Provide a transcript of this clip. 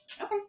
Okay